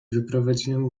wyprowadziłem